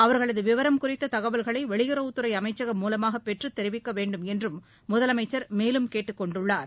அவர்களது விவரம் குறித்த தகவல்களை வெளியுறவுத் துறை அமைச்சகம் மூலமாக பெற்று தெரிவிக்க வேண்டும் என்றும் முதலமைச்சர் மேலும் கேட்டுக் கொண்டுக் கொண்டுள்ளார்